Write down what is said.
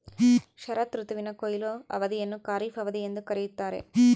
ಶರತ್ ಋತುವಿನ ಕೊಯ್ಲು ಅವಧಿಯನ್ನು ಖಾರಿಫ್ ಅವಧಿ ಎಂದು ಕರೆಯುತ್ತಾರೆ